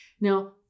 Now